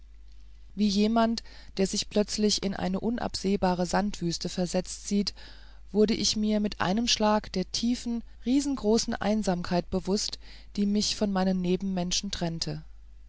wie jemand der sich plötzlich in eine unabsehbare sandwüste versetzt sieht wurde ich mir mit einem schlage der tiefen riesengroßen einsamkeit bewußt die mich von meinen nebenmenschen trennte